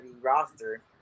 roster